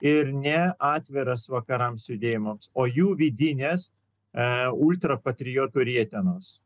ir ne atviras vakarams judėjimams o jų vidinės ultrapatriotų rietenos